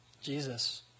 Jesus